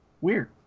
weird